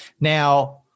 Now